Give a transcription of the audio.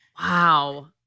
Wow